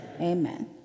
Amen